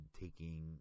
taking